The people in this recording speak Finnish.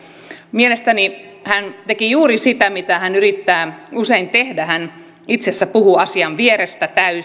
mielestäni hän teki juuri sitä mitä hän yrittää usein tehdä hän itse asiassa puhuu asian vierestä